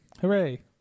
hooray